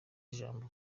ijambo